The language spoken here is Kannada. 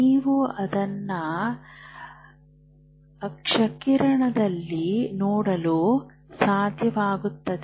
ನೀವು ಅದನ್ನು ಕ್ಷ ಕಿರಣದಲ್ಲಿ ನೋಡಲು ಸಾಧ್ಯವಾಗುತ್ತದೆ